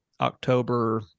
october